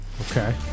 Okay